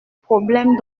problème